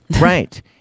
Right